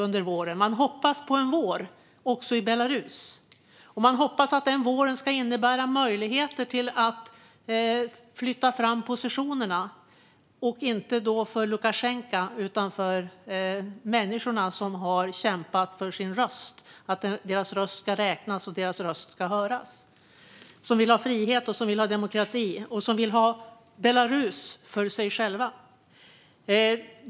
Även i Belarus hoppas man på en vår, och man hoppas att den våren ska innebära en möjlighet att flytta fram positionerna, inte för Lukasjenko utan för människorna som har kämpat för att deras röst ska höras och räknas. De vill ha frihet, demokrati och Belarus för sig själva.